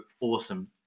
awesome